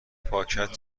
پاکت